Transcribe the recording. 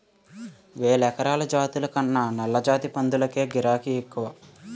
వేలరకాల జాతుల కన్నా నల్లజాతి పందులకే గిరాకే ఎక్కువ